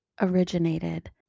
originated